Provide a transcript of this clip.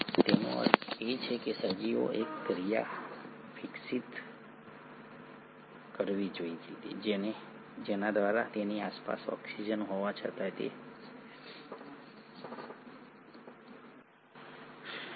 તેનો અર્થ એ કે સજીવે એક પ્રક્રિયા વિકસિત કરવી જોઈએ જેના દ્વારા તેની આસપાસ ઓક્સિજન હોવા છતાં તે ટકી રહેવા માટે સક્ષમ હોવું જોઈએ